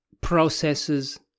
processes